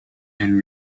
and